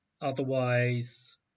Otherwise